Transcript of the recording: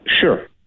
Sure